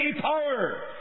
power